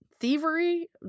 thievery